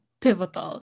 pivotal